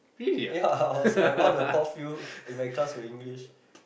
ya I was like one of the top few in my class for English